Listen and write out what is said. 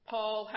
Paul